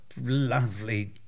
lovely